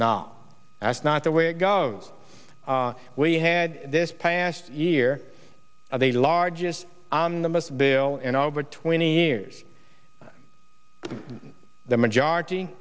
now that's not the way it goes we had this past year of the largest omnibus bill in over twenty years the majority